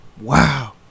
Wow